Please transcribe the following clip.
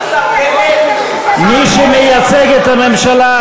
מי שמייצג את הממשלה,